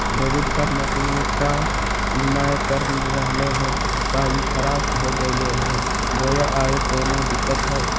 Debit card machine में काम नाय कर रहले है, का ई खराब हो गेलै है बोया औरों कोनो दिक्कत है?